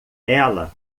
ela